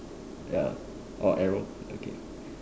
ya or arrow okay